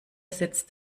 sitzt